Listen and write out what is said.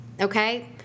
Okay